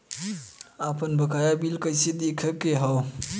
आपन बकाया बिल कइसे देखे के हौ?